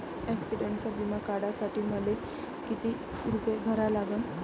ॲक्सिडंटचा बिमा काढा साठी मले किती रूपे भरा लागन?